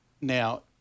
Now